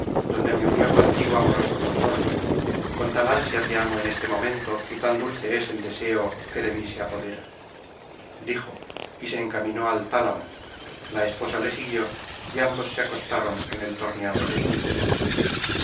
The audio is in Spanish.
donde me unió contigo amoroso consorcio con tal ansia te amo en este momento y tan dulce es el deseo que de mí se apodera dijo y se encaminó al tálamo la esposa le siguió y ambos se acostaron en el torneado lecho